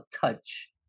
touch